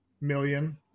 million